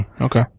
Okay